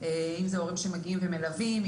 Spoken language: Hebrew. אם זה הורים שמגיעים ומלווים,